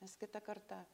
nes kitą kartą